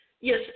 yes